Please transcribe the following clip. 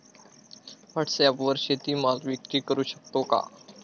व्हॉटसॲपवर शेती माल विक्री करु शकतो का?